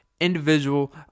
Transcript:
individual